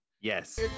Yes